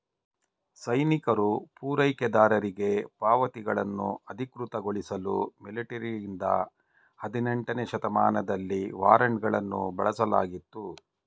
ಸೈನಿಕರು ಪೂರೈಕೆದಾರರಿಗೆ ಪಾವತಿಗಳನ್ನು ಅಧಿಕೃತಗೊಳಿಸಲು ಮಿಲಿಟರಿಯಿಂದ ಹದಿನೆಂಟನೇ ಶತಮಾನದಲ್ಲಿ ವಾರೆಂಟ್ಗಳನ್ನು ಬಳಸಲಾಗಿತ್ತು